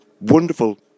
Wonderful